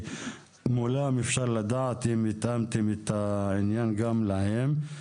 מולם אפשר לדעת אם התאמתם את העניין גם להם.